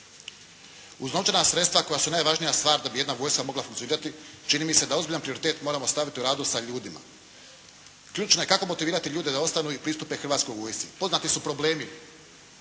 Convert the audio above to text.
Uz novčana sredstva koja su najvažnija stvar da bi jedna vojska mogla funkcionirati, čini mi se da ozbiljan prioritet moramo staviti u radu s ljudima. Ključno je kako motivirati ljude da ostanu i pristupe Hrvatskoj vojsci. Poznati su problemi